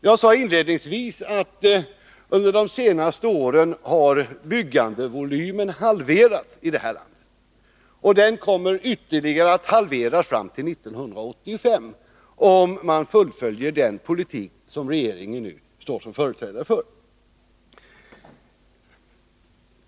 Jag sade inledningsvis att under de senaste åren har byggandevolymen halverats i det här landet, och den kommer ytterligare att halveras fram till 1985 om man fullföljer den politik som regeringen nu står som företrädare för.